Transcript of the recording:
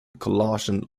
collagen